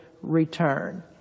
return